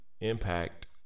impact